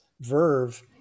verve